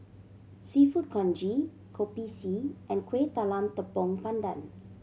Seafood Congee Kopi C and Kueh Talam Tepong Pandan